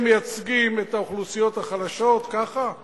אתם מייצגים את האוכלוסיות החלשות, ככה?